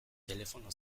telefono